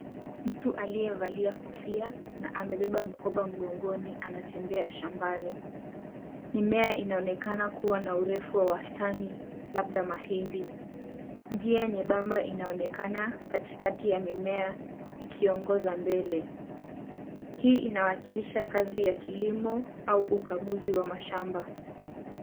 Mtu aliyevalia kofia na amebeba mkoba mgongoni ,anatembea shambani. Mimea inaonekana kuwa na urefu wa wastani labda mahindi. Njia nyembamba inaonekana katikati ya mimea ikiongoza mbele. Hii inawakilisha kazi ya kilimo au ukaguzi wa mashamba.